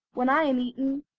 when i am eaten,